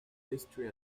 history